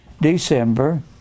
December